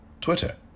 Twitter